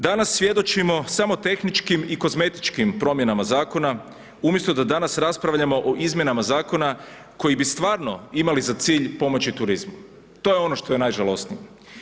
Danas svjedočimo samo tehničkim i kozmetičkim promjenama zakona umjesto da danas raspravljamo o izmjenama zakona koji bi stvarno imali za cilj pomoći turizmu, to je ono što je najžalosnije.